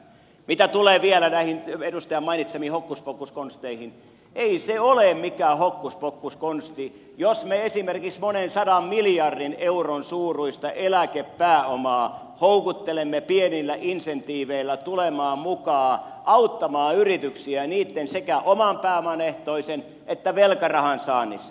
mitä tulee vielä näihin edustajan mainitsemiin hokkuspokkuskonsteihin ei se ole mikään hokkuspokkuskonsti jos me esimerkiksi monen sadan miljardin euron suuruista eläkepääomaa houkuttelemme pienillä insentiiveillä tulemaan mukaan auttamaan yrityksiä niitten sekä oman pääoman ehtoisen että velkarahan saannissa